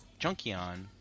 Junkion